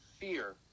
fear